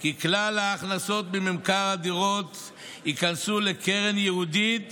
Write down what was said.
כי כלל ההכנסות מממכר הדירות ייכנסו לקרן ייעודית